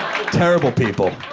terrible people.